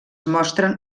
mostren